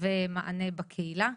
ומענה בקהילה.